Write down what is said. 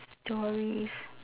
stories